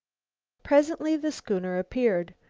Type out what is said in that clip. presently the schooner appeared,